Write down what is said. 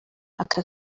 aka